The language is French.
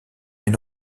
une